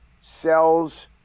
sells